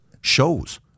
shows